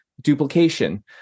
duplication